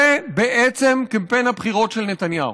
זה בעצם קמפיין הבחירות של נתניהו.